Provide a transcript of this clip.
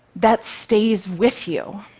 that stays with you.